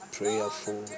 prayerful